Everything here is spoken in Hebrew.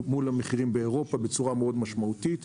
מול המחירים באירופה בצורה מאוד משמעותית.